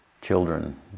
children